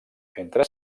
entre